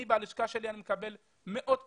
אני ללשכה שלי מקבל מאות פניות.